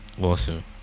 Awesome